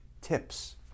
tips